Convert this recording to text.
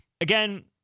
again